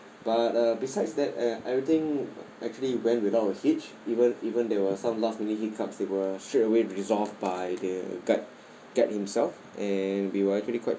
but uh besides that uh everything actually went without a hitch even even there were some last minute hiccups they were straightaway resolved by the guide guide himself and we were actually quite